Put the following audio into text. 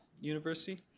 University